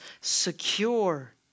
secure